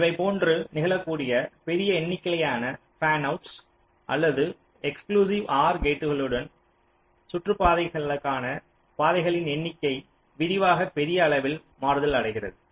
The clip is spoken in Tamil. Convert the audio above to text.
இவை போன்று நிகழக்கூடிய பெரிய எண்ணிக்கையிலான பேன் அவுட்ஸ் அல்லது எஸ்க்க்ளுசிவ் OR கேட்களுடன் சுற்றுகளுக்கான பாதைகளின் எண்ணிக்கை விரிவாக பெரிய அளவில் மாறுதல் அடைகிறது